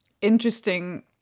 interesting